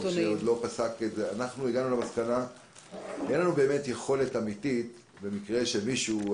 שעוד לא פסק באמת יכולת אמיתית במקרה שמישהו,